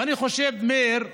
ואני חושב, מאיר,